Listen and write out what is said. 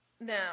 Now